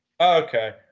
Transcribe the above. okay